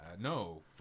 No